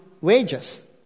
wages